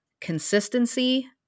consistency